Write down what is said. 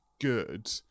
good